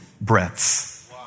breaths